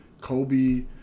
Kobe